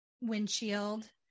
windshield